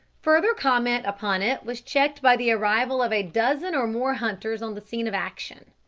further comment upon it was checked by the arrival of a dozen or more hunters on the scene of action.